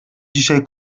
dzisiaj